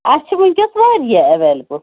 أسہِ چھِ وٕنکیٚس واریاہ ایٚولیبٕل